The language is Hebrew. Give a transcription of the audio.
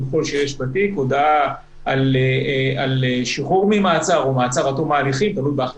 ככל שיש בתיק הודעה על שחרור ממעצר או מעצר עד תום ההליכים,